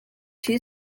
two